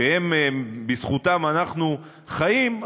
שבזכותם אנחנו חיים,